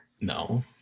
No